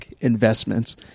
investments